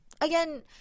Again